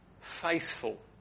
faithful